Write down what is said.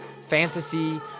Fantasy